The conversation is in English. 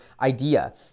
idea